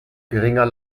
geringer